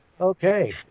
Okay